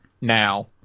now